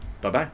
Bye-bye